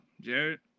Jared